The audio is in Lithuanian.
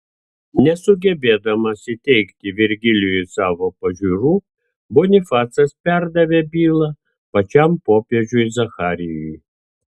nesugebėdamas įteigti virgilijui savo pažiūrų bonifacas perdavė bylą pačiam popiežiui zacharijui